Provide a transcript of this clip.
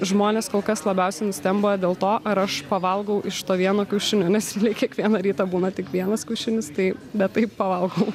žmonės kol kas labiausiai nustemba dėl to ar aš pavalgau iš to vieno kiaušinio nes realiai kiekvieną rytą būna tik vienas kiaušinis tai bet taip pavalgau